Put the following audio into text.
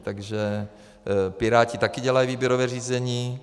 Takže Piráti taky dělají výběrové řízení.